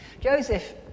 Joseph